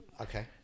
Okay